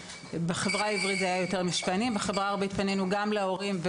בחברה היהודית זה היה עם משפעינים ובחברה הערבית פנינו גם להורים,